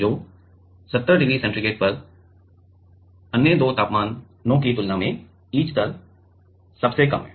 तो 70 degree centigrade पर अन्य दो तापमानों की तुलना में ईच दर सबसे कम है